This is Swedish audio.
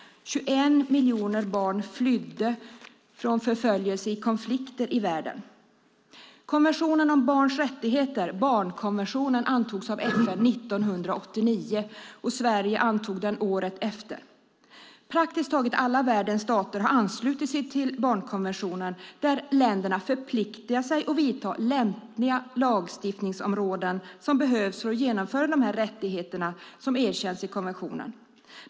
21 miljoner barn flydde från förföljelse i konflikter i världen. Konventionen om barns rättigheter, barnkonventionen, antogs av FN 1989. Sverige antog konventionen året efter. Praktiskt taget alla världens stater har anslutit sig till barnkonventionen, där länderna förpliktar sig att vidta lämpliga lagstiftningsåtgärder för att genomföra de rättigheter som erkänns i konventionen.